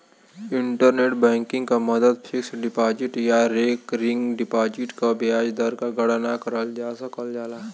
internet banking क मदद fixed deposit या रेकरिंग डिपाजिट क ब्याज दर क गणना करल जा सकल जाला